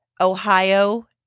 Ohio